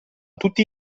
tutti